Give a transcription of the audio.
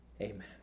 Amen